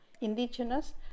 indigenous